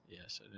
Yes